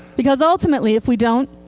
because, ultimately, if we don't,